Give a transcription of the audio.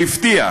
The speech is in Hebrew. והבטיח